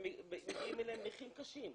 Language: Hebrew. מגיעים אליהם נכים קשים.